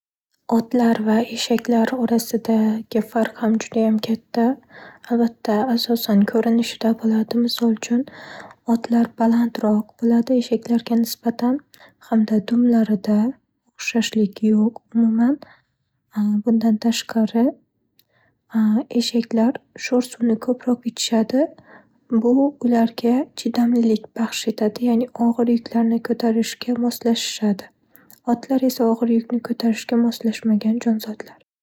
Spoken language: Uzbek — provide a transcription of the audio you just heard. Otlar va eshaklar orasidagi farq ham judayam katta. Albatta, asosan, ko'rinishda bo'ladi. Misol uchun, otlar balandroq bo'ladi eshaklarga nisbatan hamda dumlarida o'xshashlik yo'q umuman. Bundan tashqari, eshaklar sho'r suvni ko'proq ichishadi. Bu ularga chidamlilik baxsh etadi. Ya'ni og'ir yuklarni ko'tarishga moslashishadi. Otlar esa og'ir yuklarni ko'tarishga moslashmagan jonzotlar.